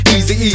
Easy